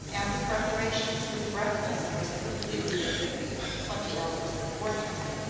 and the preparations for the breakfast were as complete as they could be twenty hours beforehand.